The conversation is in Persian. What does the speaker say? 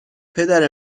پدر